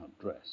dress